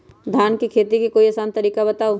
धान के खेती के कोई आसान तरिका बताउ?